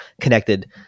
connected